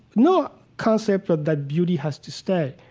no concept of that beauty has to stay.